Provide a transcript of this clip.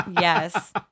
Yes